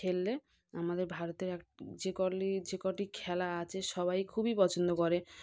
খেললে আমাদের ভারতের এক যে কলি যে কটি খেলা আছে সবাই খুবই পছন্দ করে